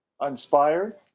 inspired